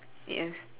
yeah